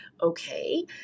okay